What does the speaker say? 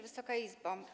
Wysoka Izbo!